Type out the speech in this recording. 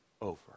over